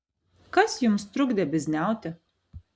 kas jums trukdė bizniauti